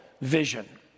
vision